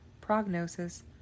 prognosis